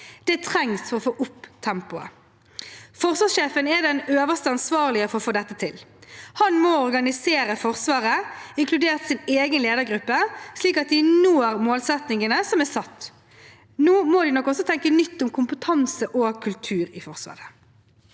Det trengs for å få opp tempoet. Forsvarssjefen er den øverste ansvarlige for å få dette til. Han må organisere Forsvaret, inkludert sin egen ledergruppe, slik at de når målsettingene som er satt. Nå må de nok også tenke nytt om kompetanse og kultur i Forsvaret.